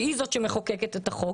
שהיא זאת שמחוקקת את החוק,